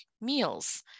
meals